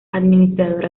administrador